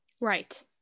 Right